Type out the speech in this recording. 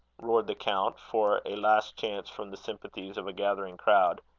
roared the count, for a last chance from the sympathies of a gathering crowd.